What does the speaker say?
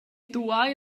duei